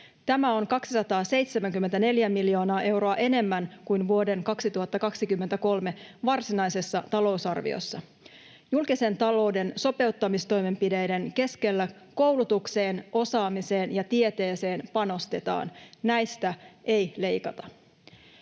Tämä on 274 miljoonaa euroa enemmän kuin vuoden 2023 varsinaisessa talousarviossa. Julkisen talouden sopeuttamistoimenpiteiden keskellä koulutukseen, osaamiseen ja tieteeseen panostetaan. Näistä ei leikata.